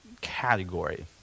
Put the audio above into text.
category